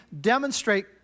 demonstrate